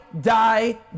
die